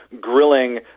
grilling